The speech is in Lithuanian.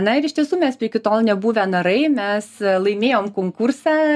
na ir iš tiesų mes iki tol nebuvę narai mes laimėjom konkursą